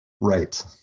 Right